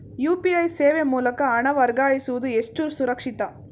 UPI ಸೇವೆ ಮೂಲಕ ಹಣ ವರ್ಗಾಯಿಸುವುದು ಎಷ್ಟು ಸುರಕ್ಷಿತ?